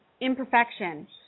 imperfection